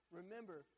Remember